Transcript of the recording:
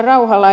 rauhala